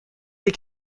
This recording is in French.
des